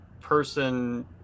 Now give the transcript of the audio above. person